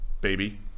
baby